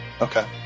Okay